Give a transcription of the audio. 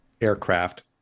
aircraft